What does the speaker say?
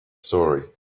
story